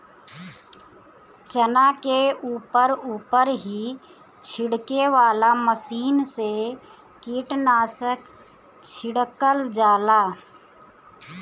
चना के ऊपर ऊपर ही छिड़के वाला मशीन से कीटनाशक छिड़कल जाला